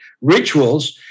rituals